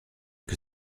que